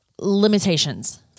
limitations